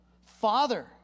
Father